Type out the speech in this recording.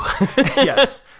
Yes